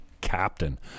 Captain